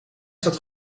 zat